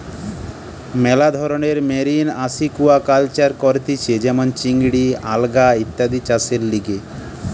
মেলা ধরণের marine aquaculture করতিছে যেমন চিংড়ি, আলগা ইত্যাদি চাষের লিগে